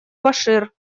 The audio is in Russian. башир